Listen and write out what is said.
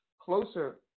closer